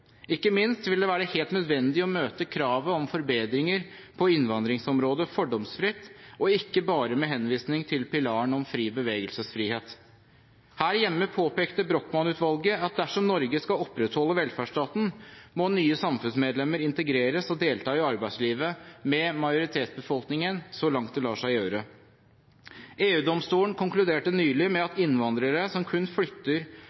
Ikke minst vil det være helt nødvendig å møte kravet om forbedringer på innvandringsområdet fordomsfritt, og ikke bare med henvisning til pilaren om fri bevegelsesfrihet. Her hjemme påpekte Brochmann-utvalget at dersom Norge skal opprettholde velferdsstaten, må nye samfunnsmedlemmer integreres og delta i arbeidslivet med majoritetsbefolkningen så langt det lar seg gjøre. EU-domstolen konkluderte nylig med at innvandrere som kun flytter